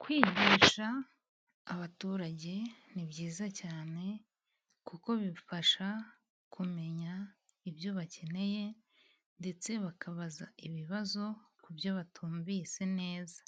Kwigisha abaturage ni byiza cyane kuko bifasha kumenya ibyo bakeneye ndetse bakabaza ibibazo ku byo batumvise neza,